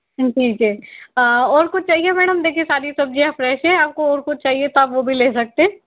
ठीक है और कुछ चाहिए मैडम देखिए सारी सब्जियाँ फ्रेश है आपको और कुछ चाहिए तो आप वो भी ले सकते है